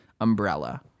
umbrella